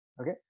Okay